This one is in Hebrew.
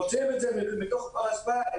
מוציאים את זה מתוך פח האשפה.